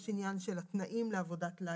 יש עניין של התנאים לעבודת לילה,